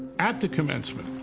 at the commencement,